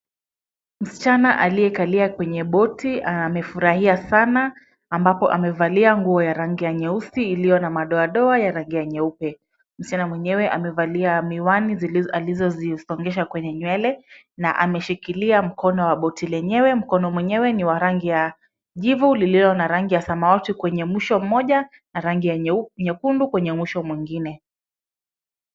Msichana aliyekalia kwenye boti amefurahia sana, ambapo amevalia nguo ya rangi ya nyeusi iliyo na madoadoa ya rangi ya nyeupe. Msichana mwenyewe amevalia miwani alizozisongesha kwenye mwele, na ameshikilia mkono wa boti lenyewe. Mkono mwenyewe ni wa rangi ya njivu lililo na rangi ya samawati kwenye mwisho mmoja, na rangi ya nyeukundu kwenye mwisho mwingine.